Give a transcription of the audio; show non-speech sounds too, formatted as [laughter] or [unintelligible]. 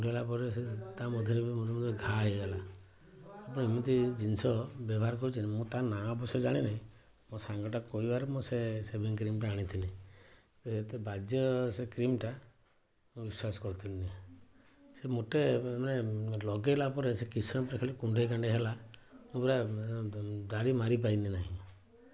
ଲଗାଇଲା ପରେ ସେ ତା ମଝିରେ ବି ମୋର ପୂରା ଘା' ହେଇଗଲା [unintelligible] ଏମିତି ଜିନିଷ ବ୍ୟବହାର କରୁଛନ୍ତି ମୁଁ ତା ନାଁ ଅବଶ୍ୟ ଜାଣିନାହିଁ ମୋ ସାଙ୍ଗଟା କହିବାରୁ ଗୋଟେ ସେଭିଂ କ୍ରିମଟା ଆଣିଥିଲି ଏତେ ବାଜେ ସେ କ୍ରିମଟା ମୁଁ ବିଶ୍ୱାସ କରୁଥିଲିନି ସେ ମୋଟେ ମାନେ ଲଗାଇଲା ପରେ ସେ କିଛି ସମୟ ପରେ ଖାଲି କୁଣ୍ଡେଇ କାଣ୍ଡେଇ ହେଲା ମୁଁ ପୂରା ଦାଢ଼ି ମାରି ପାଇଲି ନାହିଁ